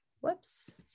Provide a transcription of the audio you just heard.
Whoops